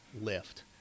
lift